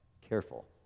Careful